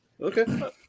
Okay